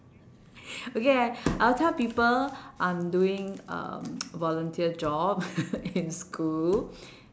okay I I will tell people I'm doing um volunteer job in school